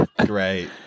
great